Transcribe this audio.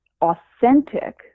authentic